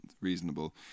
reasonable